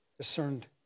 discerned